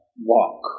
walk